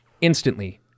instantly